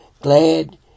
glad